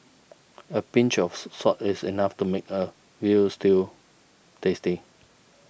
a pinch of salt is enough to make a Veal Stew tasty